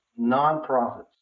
nonprofits